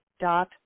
dot